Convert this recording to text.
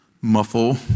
muffle